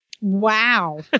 Wow